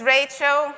Rachel